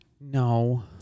No